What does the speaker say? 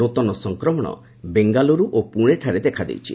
ନୃତନ ସଂକ୍ରମଣ ବେଙ୍ଗାଲ୍ରରୁ ଓ ପୁଣେଠାରେ ଦେଖାଦେଇଛି